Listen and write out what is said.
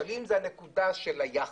למשל, עניין היחס.